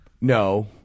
No